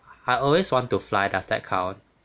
I always want to fly does that count